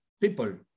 people